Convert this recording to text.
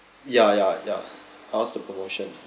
ya ya ya I'll ask the promotion